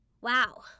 Wow